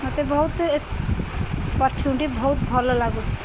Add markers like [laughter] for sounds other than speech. ମତେ ବହୁତ ଏ [unintelligible] ପରଫ୍ୟୁମ୍ଟି ବହୁତ ଭଲ ଲାଗୁଛି